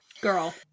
Girl